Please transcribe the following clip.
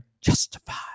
justified